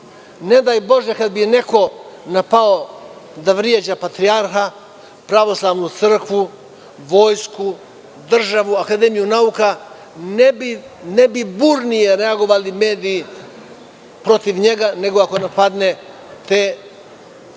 Nedaj bože kada bi neko napao da vređa Patrijarha, Pravoslavnu crkvu, Vojsku, državu, Akademiju nauka. Ne bi burnije reagovali mediji protiv njega nego ako napadne te